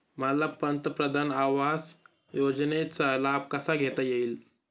मला पंतप्रधान आवास योजनेचा लाभ कसा घेता येईल?